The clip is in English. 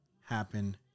happen